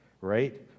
right